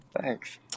Thanks